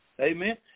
amen